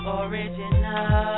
original